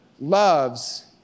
loves